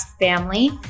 family